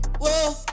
Whoa